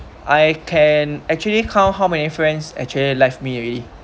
I can actually count how many friends actually left me already